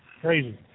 Crazy